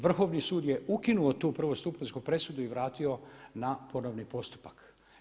Vrhovni sud je ukinuo tu prvostupanjsku presudu i vratio na ponovni postupak.